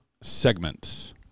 Segments